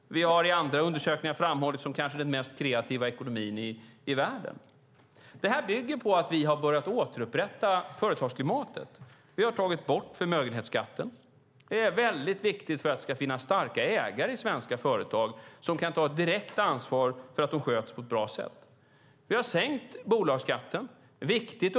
Vi har i andra undersökningar framhållits som kanske den mest kreativa ekonomin i världen. Det här bygger på att vi har börjat återupprätta företagsklimatet. Vi har tagit bort förmögenhetsskatten. Det är väldigt viktigt för att det ska finnas starka ägare i svenska företag som kan ta ett direkt ansvar för att företagen sköts på ett bra sätt. Vi har sänkt bolagsskatten.